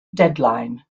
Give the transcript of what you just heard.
deadline